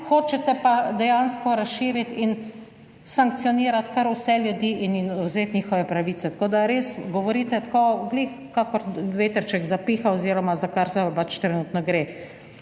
hočete pa dejansko razširiti in sankcionirati kar vse ljudi in jim vzeti njihove pravice. Tako, da res govorite tako "glih" kakor vetrček zapiha oziroma za kar se pač trenutno gre.